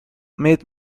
mid